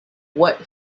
what